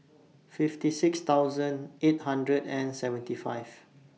fifty six thousand eight hundred and seventy five